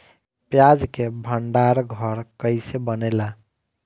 प्याज के भंडार घर कईसे बनेला?